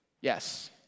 Yes